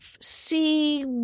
see